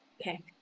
okay